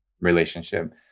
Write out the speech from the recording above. relationship